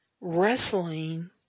wrestling